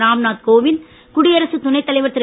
ராம்நாத் கோவிந்த்இ குடியசரத் துணைத் தலைவர் திரு